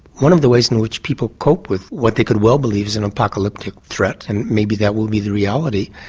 one of the ways in which people cope with what they could well believe is an apocalyptic threat, and maybe that will be the reality,